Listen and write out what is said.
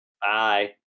Bye